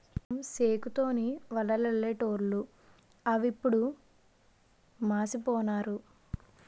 పూర్వం సేకు తోని వలలల్లెటూళ్లు అవిప్పుడు మాసిపోనాయి